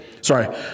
sorry